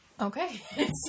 Okay